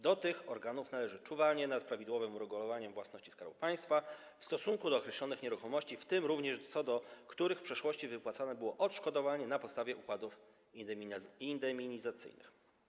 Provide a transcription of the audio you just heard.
Do tych organów należy czuwanie nad prawidłowym uregulowaniem własności Skarbu Państwa w stosunku do określonych nieruchomości, w tym również tych, co do których w przeszłości wypłacane było odszkodowanie na podstawie układów indemnizacyjnych.